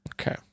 okay